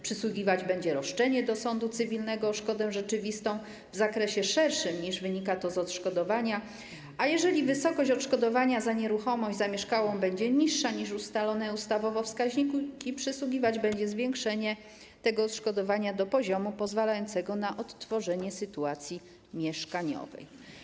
Przysługiwać będzie roszczenie do sądu cywilnego o szkodę rzeczywistą w zakresie szerszym, niż to wynika z odszkodowania, a jeżeli wysokość odszkodowania za nieruchomość zamieszkałą będzie niższa niż ustalone ustawowo wskaźniki, przysługiwać będzie zwiększenie tego odszkodowania do poziomu pozwalającego na odtworzenie sytuacji mieszkaniowej.